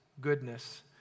goodness